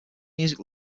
music